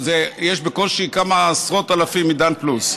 יש בקושי כמה עשרות אלפים עם עידן פלוס.